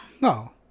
No